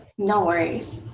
no worries.